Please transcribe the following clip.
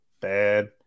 bad